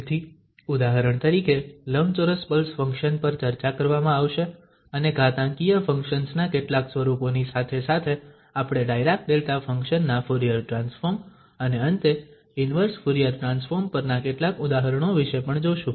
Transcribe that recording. તેથી ઉદાહરણ તરીકે લંબચોરસ પલ્સ ફંક્શન પર ચર્ચા કરવામાં આવશે અને ઘાતાંકીય ફંક્શન્સ ના કેટલાક સ્વરૂપોની સાથે સાથે આપણે ડાયરાક ડેલ્ટા ફંક્શન ના ફુરીયર ટ્રાન્સફોર્મ અને અંતે ઇન્વર્સ ફુરીયર ટ્રાન્સફોર્મ પરના કેટલાક ઉદાહરણો વિશે પણ જોશું